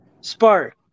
spark